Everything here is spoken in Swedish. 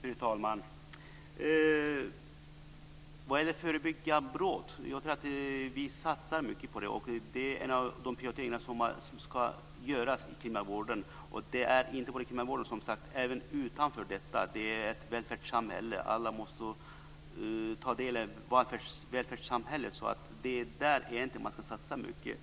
Fru talman! Vad gäller att förebygga brott satsar vi mycket på det. Det är en av de prioriteringar som ska göras i kriminalvården - och inte bara där, som sagt, utan även utanför denna. Vi har ett välfärdssamhälle som alla måste ta del av, så det är egentligen där man ska satsa mycket.